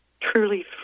truly